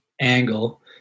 angle